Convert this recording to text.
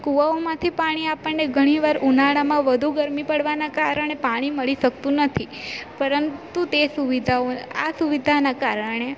કુવાઓમાંથી પાણી આપણને ઘણીવાર ઉનાળામાં વધુ ગરમી પડવાના કારણે પાણી મળી શકતું નથી પરંતુ તે સુવિધાઓ આ સુવિધાના કારણે